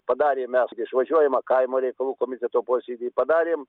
padarėm mes išvažiuojamą kaimo reikalų komiteto posėdį padarėm